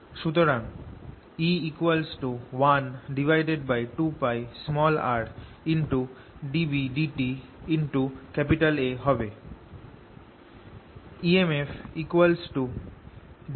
সুতরাং E 12πrdBdtA হবে